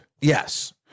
yes